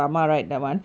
ya